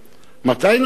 מתי נעשה אותם?